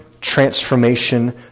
transformation